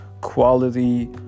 quality